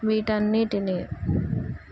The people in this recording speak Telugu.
వీటన్నిటిని